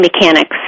mechanics